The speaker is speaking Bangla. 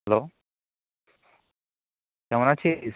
হ্যালো কেমন আছিস